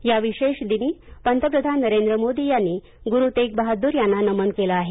या विशेष दिनी पंतप्रधान नरेंद्र मोदी यांनी गुरु तेग बहादूर यांना नमन केलं आहे